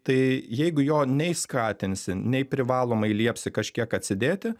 tai jeigu jo nei skatinsi nei privalomai liepsi kažkiek atsidėti